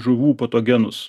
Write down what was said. žuvų patogenus